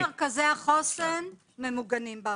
כל מרכזי החוסן בעוטף ממוגנים.